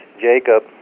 Jacob